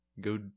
go